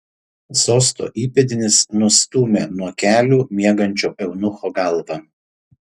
sosto įpėdinis nustūmė nuo kelių miegančio eunucho galvą